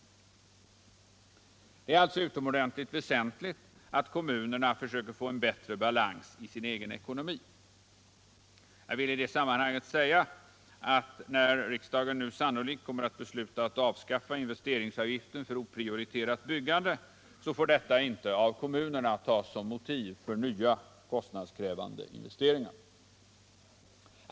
Det är alltså utomordentligt väsentligt att kommunerna försöker få en bättre balans i sin egen ekonomi. Jag vill i det sammanhanget säga att när riksdagen nu sannolikt kommer att besluta att avskaffa investeringsavgiften för oprioriterat byggande, så får detta inte av kommunerna tas som motiv för nya kostnadskrävande investeringar.